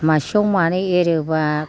मासेयाव मानै एरोबा